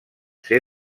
ser